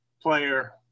Player